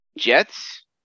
Jets